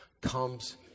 comes